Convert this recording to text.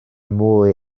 mwy